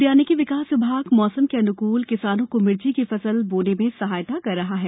उद्यानिकी विकास विभाग मौसम के अनूकूल किसानों को मिर्ची की फसल बोने में सहायता कर रहा है